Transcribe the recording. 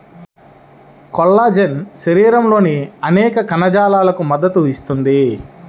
collagen శరీరంలోని అనేక కణజాలాలకు మద్దతు ఇస్తుంది